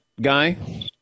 guy